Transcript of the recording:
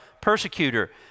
persecutor